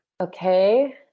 okay